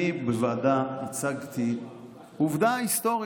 אני בוועדה הצגתי עובדה היסטורית,